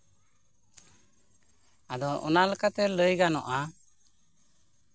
ᱟᱫᱚ ᱚᱱᱟ ᱞᱮᱠᱟᱛᱮ ᱞᱟᱹᱭ ᱜᱟᱱᱚᱜᱼᱟ